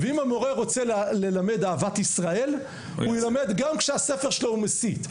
אם המורה רוצה ללמד אהבת ישראל הוא ילמד גם כשהספר שלו מסית.